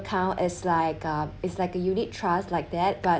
account is like a is like a unit trust like that but